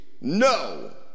no